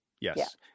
yes